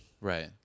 Right